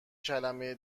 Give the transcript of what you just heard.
کلمه